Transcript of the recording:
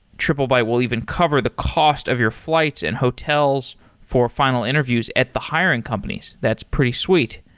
triplebyte will even cover the cost of your flights and hotels for final interviews at the hiring companies. that's pretty sweet.